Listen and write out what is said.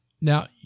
Now